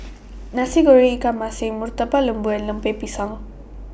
Nasi Goreng Ikan Masin Murtabak Lembu and Lemper Pisang